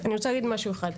אני רוצה להגיד משהו אחד,